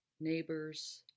neighbors